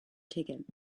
ticket